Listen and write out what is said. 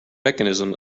mechanism